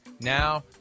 now